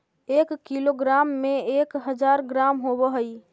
एक किलोग्राम में एक हज़ार ग्राम होव हई